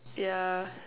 yeah